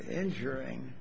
ensuring